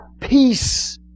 peace